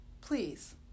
Please